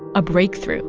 a breakthrough